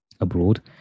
abroad